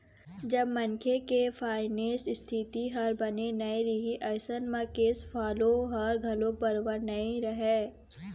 जब मनखे के फायनेंस इस्थिति ह बने नइ रइही अइसन म केस फोलो ह घलोक बरोबर बने नइ रहय